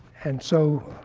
and so